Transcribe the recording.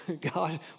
God